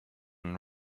and